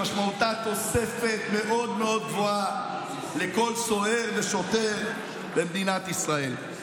שמשמעותה תוספת מאוד מאוד גבוהה לכל סוהר ושוטר במדינת ישראל.